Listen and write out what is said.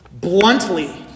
bluntly